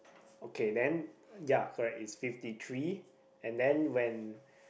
okay then ya correct it's fifty three and then when